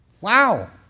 Wow